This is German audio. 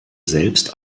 selbst